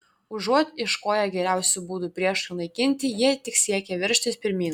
užuot ieškoję geriausių būdų priešui naikinti jie tik siekė veržtis pirmyn